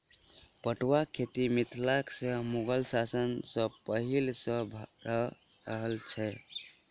पटुआक खेती मिथिला मे मुगल शासन सॅ पहिले सॅ भ रहल छै